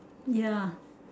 ya